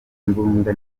imbunda